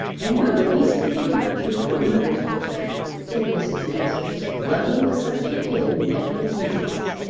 and nobody is to think about your poor mother's poultry, said mrs. masters, lugging the subject in neck and heels.